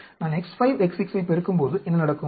நான் X5 X6 ஐ பெருக்கும்போது என்ன நடக்கும்